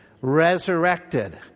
resurrected